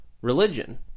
religion